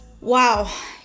wow